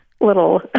little